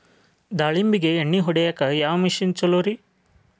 ದಾಳಿಂಬಿಗೆ ಎಣ್ಣಿ ಹೊಡಿಯಾಕ ಯಾವ ಮಿಷನ್ ಛಲೋರಿ?